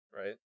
right